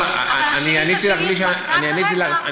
השאילתה שאני שאלתי כרגע היא על תלונה שקיבלתי.